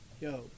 Yo